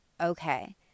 okay